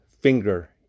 finger